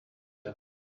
them